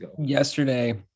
yesterday